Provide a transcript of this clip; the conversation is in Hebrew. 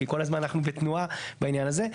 כי כל הזמן אנחנו בתנועה בעניין הזה.